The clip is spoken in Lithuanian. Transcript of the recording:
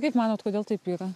kaip manot kodėl taip yra